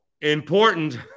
important